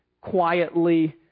quietly